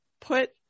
put